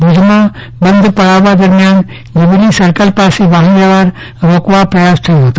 ભુજમાં બંધ પળાવવા દરમિયાન જ્યુબેલી સર્કલ પાસે વાહન વ્યવહાર રોકવા પ્રયાસ થયો હતો